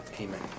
amen